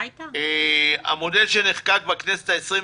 המודל שנחקק בכנסת העשרים,